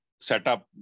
setup